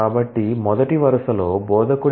కాబట్టి మొదటి వరుసలో బోధకుడు